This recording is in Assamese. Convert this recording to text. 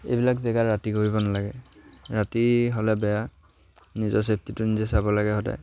এইবিলাক জেগাত ৰাতি কৰিব নালাগে ৰাতি হ'লে বেয়া নিজৰ ছেফটিটো নিজে চাব লাগে সদায়